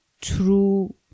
true